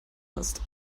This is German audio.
hast